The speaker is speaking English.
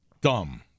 dumb